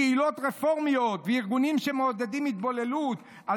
"קהילות רפורמיות וארגונים שמעודדים התבוללות על